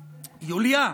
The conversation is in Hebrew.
יוליה.